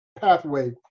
pathway